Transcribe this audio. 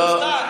תודה.